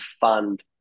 fund